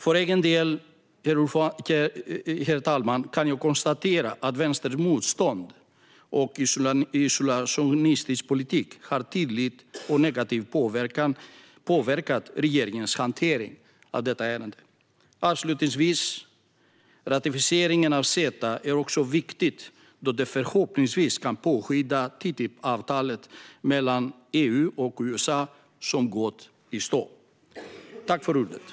För egen del, herr talman, kan jag konstatera att Vänsterns motstånd och isolationistiska politik tydligt och negativt har påverkat regeringens hantering av detta ärende. Avslutningsvis vill jag säga att ratificeringen av CETA är viktig också för att detta förhoppningsvis kan påskynda TTIP-avtalet mellan EU och USA, som har gått i stå.